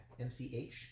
MCH